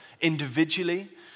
individually